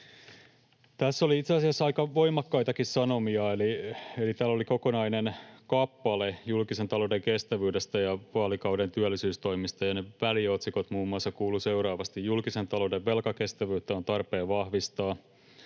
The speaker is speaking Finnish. Tässä oli itse asiassa aika voimakkaitakin sanomia, eli heiltä oli kokonainen kappale julkisen talouden kestävyydestä ja vaalikauden työllisyystoimista, ja ne väliotsikot kuuluvat muun muassa seuraavasti: "Julkisen talouden velkakestävyyttä on tarpeen vahvistaa"